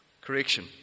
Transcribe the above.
Correction